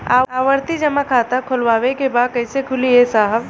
आवर्ती जमा खाता खोलवावे के बा कईसे खुली ए साहब?